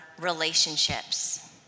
relationships